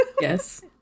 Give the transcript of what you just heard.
Yes